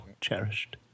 Cherished